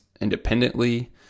independently